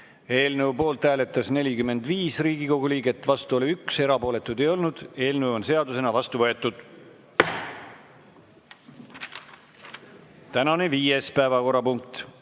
vastu võetud. Eelnõu poolt hääletas 45 Riigikogu liiget, vastu oli 1, erapooletuid ei olnud. Eelnõu on seadusena vastu võetud. Tänane viies päevakorrapunkt